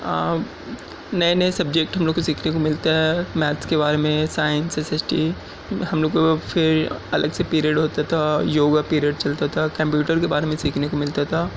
نئے نئے سبجیکٹ ہم لوگ کو سیکھنے کو ملتا ہے میتھس کے بارے میں سائنس ایس ایس ٹی ہم لوگ کو پھر الگ سے پیریڈ ہوتا تھا یوگا پیریڈ چلتا تھا کمپیوٹر کے بارے میں سیکھنے کو ملتا تھا